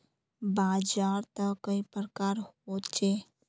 बाजार त कई प्रकार होचे?